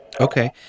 Okay